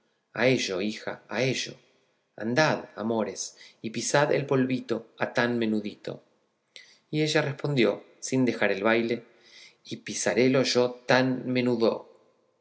a ello hija a ello andad amores y pisad el polvito atán menudito y ella respondió sin dejar el baile y pisarélo yo atán menudó